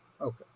Okay